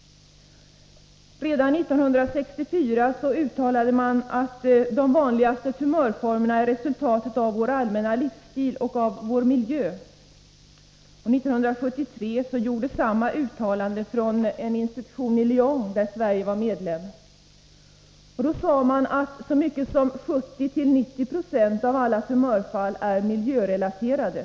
Redan 1964 uttalade man att de vanligaste tumörformerna är resultatet av vår allmäna livsstil och av vår miljö. År 1973 gjordes samma uttalande från en institution i Lyon där Sverige var medlem. Då sades det att så mycket som 70-90 96 av alla tumörfall är miljörelaterade.